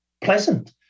pleasant